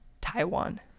Taiwan